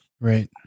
Right